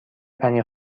پنیر